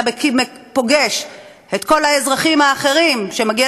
אתה פוגש את כל האזרחים האחרים שמגיעים